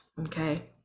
okay